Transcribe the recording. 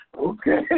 Okay